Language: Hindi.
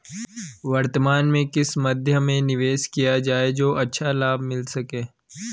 वर्तमान में किस मध्य में निवेश किया जाए जो अच्छा लाभ मिल सके?